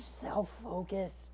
self-focused